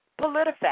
PolitiFact